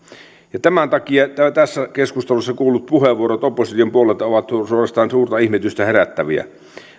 tämän takia tässä keskustelussa kuullut puheenvuorot opposition puolelta ovat suorastaan suurta ihmetystä herättäviä